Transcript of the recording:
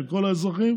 של כל האזרחים,